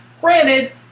Granted